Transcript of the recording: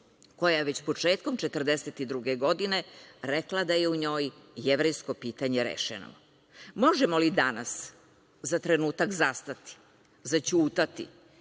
koja je već početkom 1942. godine rekla da je u njoj jevrejsko pitanje rešeno. Možemo li danas za trenutak zastati, zaćutati,